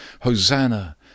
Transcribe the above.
Hosanna